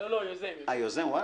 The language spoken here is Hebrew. וואלה,